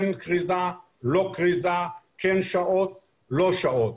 כן קריזה, לא קריזה, כן שעות, לא שעות.